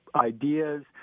ideas